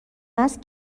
است